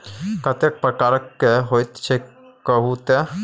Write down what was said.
कतेक प्रकारक कर होइत छै कहु तए